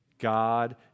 God